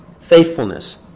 Faithfulness